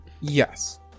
Yes